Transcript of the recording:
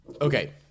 Okay